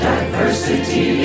Diversity